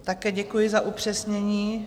Také děkuji za upřesnění.